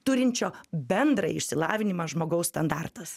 turinčio bendrąjį išsilavinimą žmogaus standartas